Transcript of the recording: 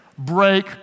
break